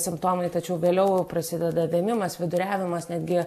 simptomai tačiau vėliau prasideda vėmimas viduriavimas netgi